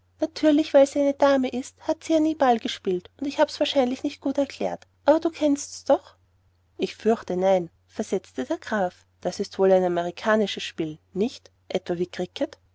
natürlich weil sie eine dame ist hat sie ja nie ball gespielt und ich hab's wahrscheinlich nicht gut erklärt aber du kennst's doch ich fürchte nein versetzte der graf das ist wohl ein amerikanisches spiel nicht etwa wie